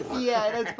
yeah,